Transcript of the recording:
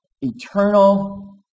eternal